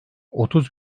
otuz